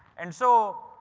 and so.